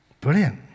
Brilliant